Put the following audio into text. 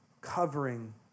covering